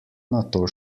nato